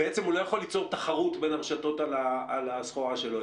בעצם הוא לא יכול ליצור תחרות בין הרשתות על הסחורה שלו.